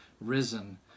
risen